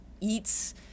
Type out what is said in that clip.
eats